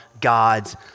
God's